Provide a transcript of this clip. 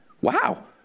wow